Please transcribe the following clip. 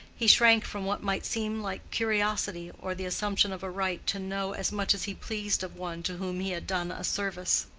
he shrank from what might seem like curiosity or the assumption of a right to know as much as he pleased of one to whom he had done a service.